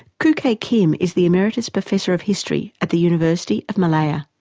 khoo kay kim is the emeritus professor of history at the university of malaya.